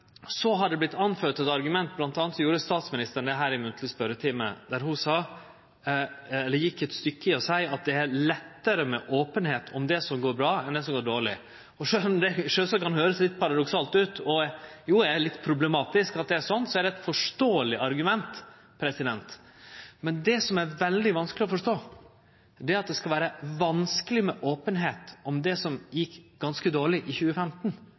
Så har det vorte nemnt eit argument – bl.a. gjorde statsministeren det i munnleg spørjetime, der ho gjekk eit stykke ved å seie at det er lettare med openheit om det som går bra, enn om det som går dårleg. Sjølv om det sjølvsagt kan høyrast litt paradoksalt ut – og jo er litt problematisk at det er slik – er det eit forståeleg argument. Men det som er veldig vanskeleg å forstå, er at det skal vere vanskeleg med openheit om det som gjekk ganske dårleg i 2015,